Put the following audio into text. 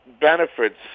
benefits